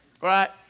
Right